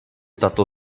tato